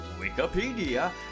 Wikipedia